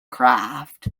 craft